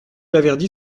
laverdy